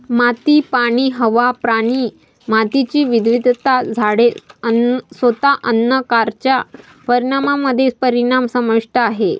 माती, पाणी, हवा, प्राणी, मातीची विविधता, झाडे, स्वतः अन्न कारच्या परिणामामध्ये परिणाम समाविष्ट आहेत